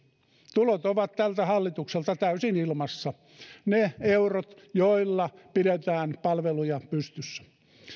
tulot ovat tältä hallitukselta täysin ilmassa ne eurot joilla pidetään palveluja pystyssä